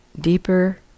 deeper